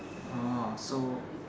orh so